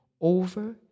over